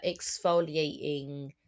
exfoliating